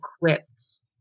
equipped